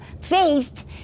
faith